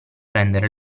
rendere